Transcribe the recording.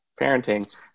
parenting